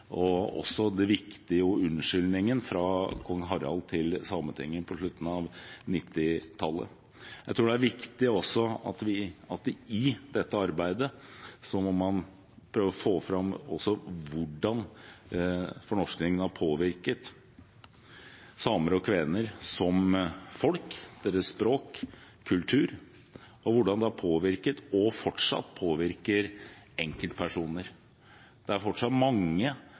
og også den viktige unnskyldningen fra kong Harald til Sametinget på slutten av 1990-tallet. Jeg tror det er viktig at man i dette arbeidet også må prøve å få fram hvordan fornorskingen har påvirket samer og kvener som folk, deres språk og kultur, og hvordan det har påvirket – og fortsatt påvirker – enkeltpersoner. Det er fortsatt mange